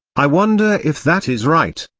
i wonder if that is right.